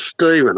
Stephen